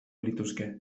lituzke